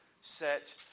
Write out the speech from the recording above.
set